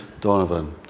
Donovan